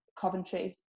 coventry